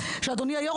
אדוני היו"ר,